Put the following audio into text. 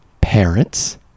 parents